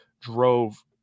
drove